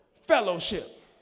fellowship